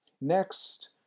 Next